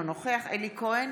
אינו נוכח אלי כהן,